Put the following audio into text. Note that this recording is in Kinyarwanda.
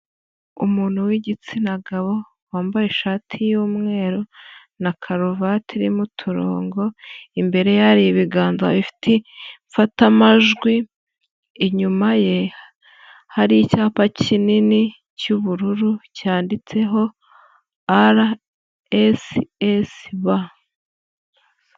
Umuntu w'igitsina gabo wambaye ishati y'umweru na karuvati irimo uturongo, imbere hari ibiganza bifite imfatamajwi, inyuma ye hari icyapa kinini cy'ubururu cyanditseho rssb.